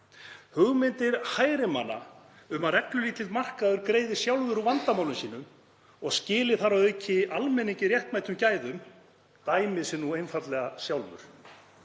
Hugmyndir hægri manna um að reglulítill markaður greiði sjálfur úr vandamálum sínum og skili þar að auki almenningi réttmætum gæðum, dæma sig einfaldlega sjálfar.